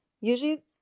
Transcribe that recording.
usually